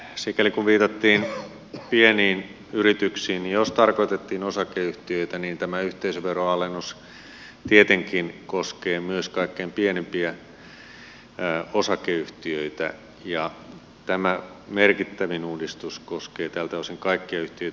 sikäli kun viitattiin pieniin yrityksiin niin jos tarkoitettiin osakeyhtiöitä niin tämä yhteisöveroalennus tietenkin koskee myös kaikkein pienimpiä osakeyhtiöitä ja tämä merkittävin uudistus koskee tältä osin kaikkia yhtiöitä